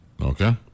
okay